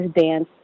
dance